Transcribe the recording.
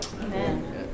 Amen